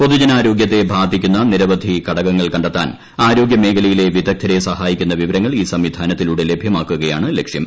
പൊതുജനാരോഗ്യത്തെ ബ്ബ്ധിക്കുന്ന നിരവധി ഘടകങ്ങൾ കണ്ടെത്താൻ ആരോഗ്യ മേഖലയിലെ വിദഗ്ധരെ സഹായിക്കുന്ന വിവരങ്ങൾ ഈ സംവിധാനത്തിലൂടെ ലഭ്യമാക്കുകയാണ് ലക്ഷ്യം